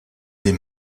des